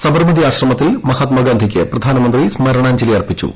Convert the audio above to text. സബർമതി ആശ്രമത്തിൽ മഹാർമ്ഗാർഡിക്ക് പ്രധാനമന്ത്രി സ്മരണാഞ്ജലി അർപ്പിച്ചു